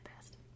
best